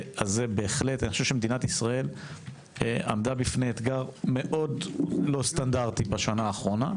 מדינת ישראל עמדה בפני אתגר מאוד לא סטנדרטי בשנה האחרונה,